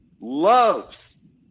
loves